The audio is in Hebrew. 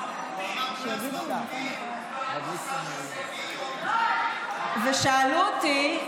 את אמרת סמרטוטים, שאלו אותי: